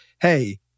hey